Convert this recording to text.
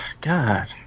God